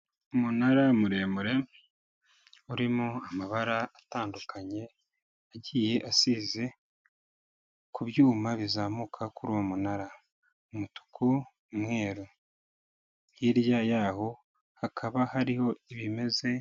Umunara muremure, urimo amabara atandukanye, agiye asize ku byuma bizamuka kuri uwo munara, umutuku, umweru, hirya yaho hakaba hariho ibimeze.